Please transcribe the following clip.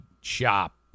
shop